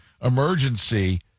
emergency